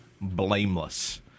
blameless